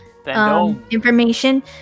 information